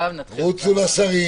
רוצו לשרים,